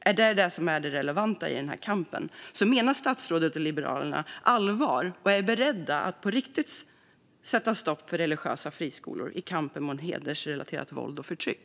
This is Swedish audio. Är detta det relevanta i denna kamp? Menar statsrådet och Liberalerna allvar och är beredda att på riktigt sätta stopp för religiösa friskolor i kampen mot hedersrelaterat våld och förtryck?